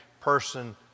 person